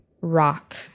rock